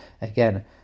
again